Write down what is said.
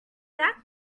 that